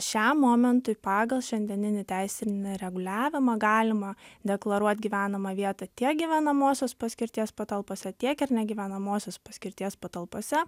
šiam momentui pagal šiandieninį teisinį reguliavimą galima deklaruot gyvenamą vietą tiek gyvenamosios paskirties patalpose tiek ir negyvenamosios paskirties patalpose